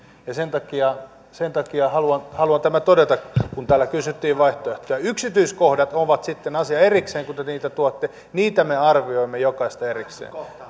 sen takia sen takia haluan tämän todeta kun täällä kysyttiin vaihtoehtoja yksityiskohdat ovat sitten asia erikseen kun te te niitä tuotte niitä me arvioimme jokaista erikseen